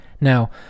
Now